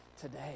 today